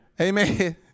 Amen